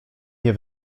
nie